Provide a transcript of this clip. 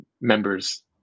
members